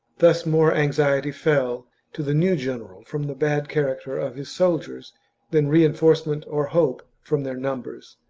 thus more anxiety fell to the new general from the bad character of his soldiers than reinforcement or hope from their numbers.